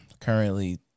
currently